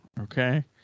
okay